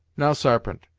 now, sarpent,